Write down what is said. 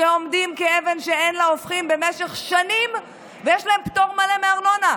שעומדים כאבן שאין לה הופכין במשך שנים ויש להם פטור מלא מארנונה,